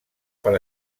per